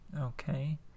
Okay